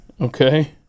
Okay